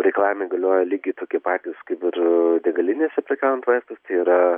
reikalavimai galioja lygiai tokie patys kaip ir degalinėse prekiaujant vaistais tai yra